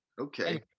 okay